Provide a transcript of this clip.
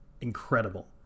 incredible